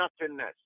nothingness